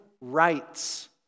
rights